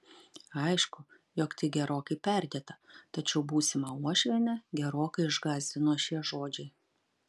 aišku jog tai gerokai perdėta tačiau būsimą uošvienę gerokai išgąsdino šie žodžiai